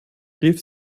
rief